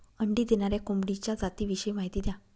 अंडी देणाऱ्या कोंबडीच्या जातिविषयी माहिती द्या